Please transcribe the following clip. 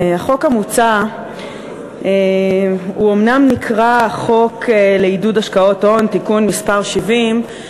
החוק המוצע אומנם נקרא חוק לעידוד השקעות הון (תיקון מס' 70),